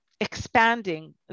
expanding